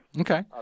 Okay